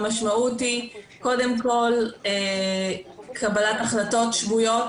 המשמעות היא קודם כל קבלת החלטות שגויה,